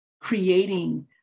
creating